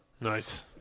Nice